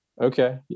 Okay